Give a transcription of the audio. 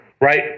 right